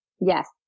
Yes